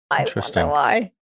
Interesting